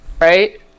right